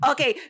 Okay